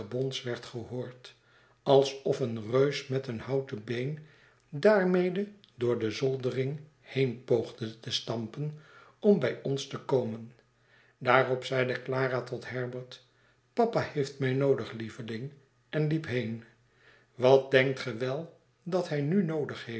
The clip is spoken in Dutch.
gebons werd gehoord alsof een reus met een houten been daarmede door de zoldering heen poogde te stampen om bij ons te koinen daarop zeide clara tot herbert papa heeft mij noodig lieveling en liep heen wat denkt ge wel dat hij nu noodig